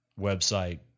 website